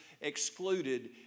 excluded